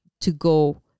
to-go